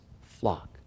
flock